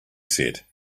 said